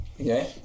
okay